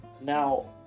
Now